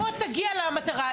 אבל בוא תגיע למטרה.